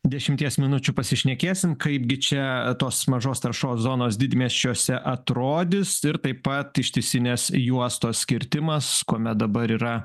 dešimties minučių pasišnekėsim kaipgi čia tos mažos taršos zonos didmiesčiuose atrodys ir taip pat ištisinės juostos kirtimas kuomet dabar yra